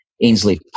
Ainsley